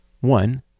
One